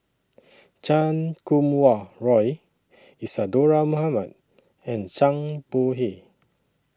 Chan Kum Wah Roy Isadhora Mohamed and Zhang Bohe